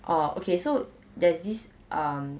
orh okay so there's this um